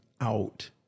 out